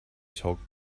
talk